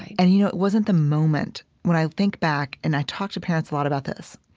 and you know, it wasn't the moment. when i think back and i talk to parents a lot about this,